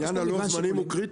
עניין הלוח זמנים הוא קריטי.